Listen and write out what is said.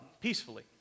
peacefully